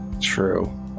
True